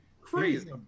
Crazy